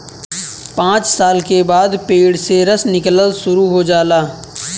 पांच साल के बाद पेड़ से रस निकलल शुरू हो जाला